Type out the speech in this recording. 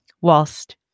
whilst